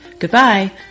goodbye